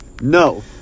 No